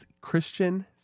Christian